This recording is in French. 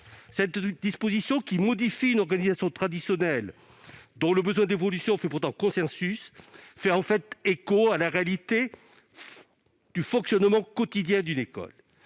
Cette disposition, qui modifie une organisation traditionnelle dont le besoin d'évolution fait pourtant consensus, fait écho à la réalité du fonctionnement quotidien d'une école.